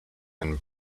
and